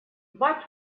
but